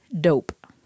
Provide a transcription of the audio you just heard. dope